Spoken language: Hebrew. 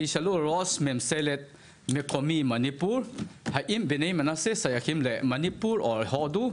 תשאלו ראש ממשלה מקומי במניפור האם בני מנשה שייכים למניפור או להודו,